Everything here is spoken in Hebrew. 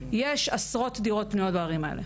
יש עשרות דירות פנויות בערים האלו.